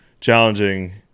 challenging